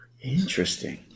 Interesting